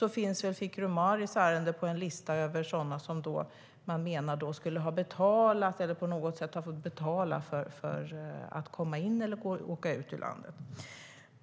Då fanns väl Fikru Marus ärende på en lista över sådana som man menade hade fått betala för att komma in i eller åka ut ur landet.